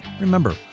Remember